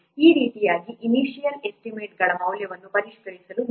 ಈ ರೀತಿಯಾಗಿ initial estimate ಗಳ ಮೌಲ್ಯವನ್ನು ಪರಿಷ್ಕರಿಸಲು ನೀವು ಕಾಸ್ಟ್ ಡ್ರೈವರ್ಸ್ಗಳನ್ನು ಬಳಸಬಹುದು